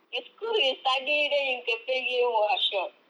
you school you study then you can play game !wah! shiok